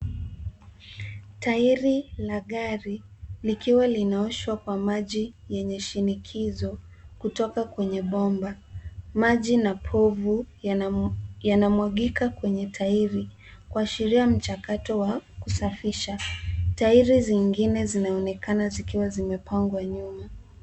Tairi la gari likiwa linaoshwa kwa maji yenye shinikizo kutoka kwenye bomba. Maji na povu yanamwagika kwenye tairi kuashiria mchakato wa kusafisha. Tairi zingine zinaonekana zikiwa zimepangwa nyuma.